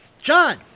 John